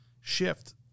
shift